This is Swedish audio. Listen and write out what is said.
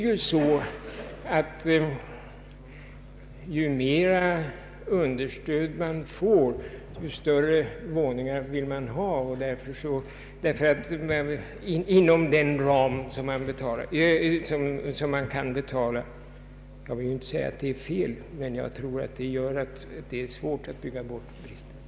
Ju mer understöd människor får, desto större våningar vill de ha, inom den ram de kan betala. Jag vill inte säga att det är fel att de vill ha större bostäder, men jag tror att detta gör att det är svårt att bygga bort bristen.